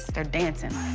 they're dancin'.